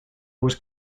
was